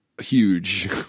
huge